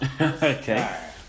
Okay